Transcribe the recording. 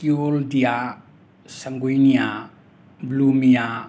ꯀꯤꯌꯣꯜꯗꯤꯌꯥ ꯁꯪꯒꯨꯏꯅꯤꯌꯥ ꯕ꯭ꯂꯨꯃꯤꯌꯥ